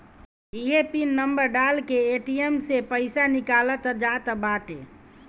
इहे pin number डाल के ए.टी.एम से पईसा निकालल जात बाटे